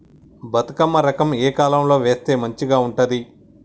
బతుకమ్మ రకం ఏ కాలం లో వేస్తే మంచిగా ఉంటది?